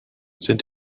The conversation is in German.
sind